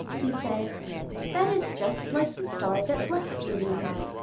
he said that is just like the star that black beauty had,